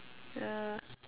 yeah